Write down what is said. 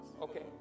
Okay